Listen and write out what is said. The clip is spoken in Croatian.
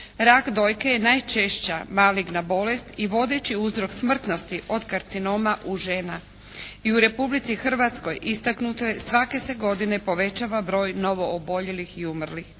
Rak dojke je najčešća maligna bolest i vodeći uzrok smrtnosti od karcinoma u žena. I u Republici Hrvatskoj istaknuto je svake se godine povećava broj novo oboljelih i umrlih.